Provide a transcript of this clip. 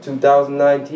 2019